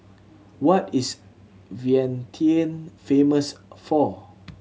what is Vientiane famous for